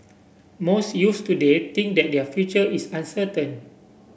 most youths today think that their future is uncertain